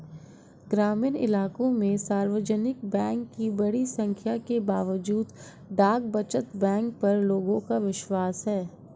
ग्रामीण इलाकों में सार्वजनिक बैंक की बड़ी संख्या के बावजूद डाक बचत बैंक पर लोगों का विश्वास है